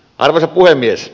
arvoisa puhemies